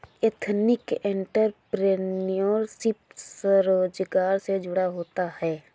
ethnic entrepreneurship स्वरोजगार से जुड़ा होता है